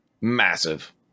Massive